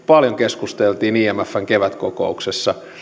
paljon keskusteltiin imfn kevätkokouksessa